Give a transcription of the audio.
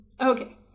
Okay